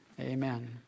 Amen